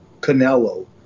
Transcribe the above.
Canelo